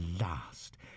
last